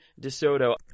DeSoto